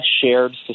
shared